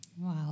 Wow